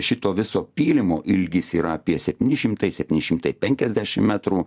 šito viso pylimo ilgis yra apie septyni šimtai septyni šimtai penkiasdešim metrų